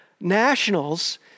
nationals